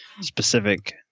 specific